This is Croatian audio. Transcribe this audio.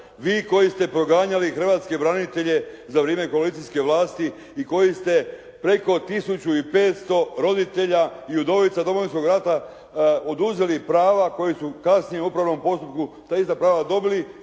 Vi koji ste proganjali hrvatske branitelje za vrijeme koalicijske vlasti i koji ste preko 1500 roditelja i udovica Domovinskog rata oduzeli prava koja su kasnije u upravnom postupku ta ista prava dobili